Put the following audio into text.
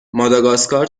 ماداگاسکار